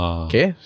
okay